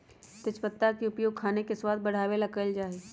तेजपत्ता के उपयोग खाने के स्वाद बढ़ावे ला कइल जा हई